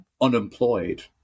unemployed